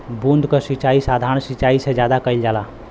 बूंद क सिचाई साधारण सिचाई से ज्यादा कईल जाला